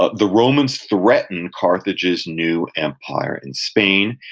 ah the romans threatened carthage's new empire in spain.